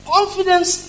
Confidence